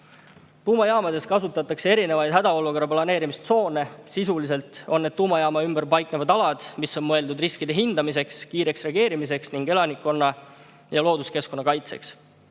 Tuumajaamades kasutatakse erinevaid hädaolukorraks planeerimise tsoone. Sisuliselt on need tuumajaama ümber paiknevad alad, mis on mõeldud riskide hindamiseks, kiireks reageerimiseks ning elanikkonna ja looduskeskkonna kaitseks.